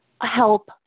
help